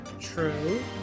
True